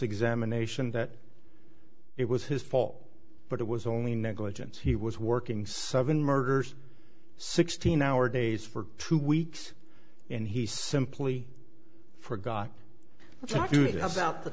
examination that it was his fault but it was only negligence he was working seven murders sixteen hour days for two weeks and he simply forgot